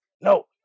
no